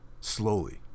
Slowly